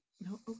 No